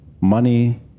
money